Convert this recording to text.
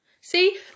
See